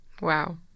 Wow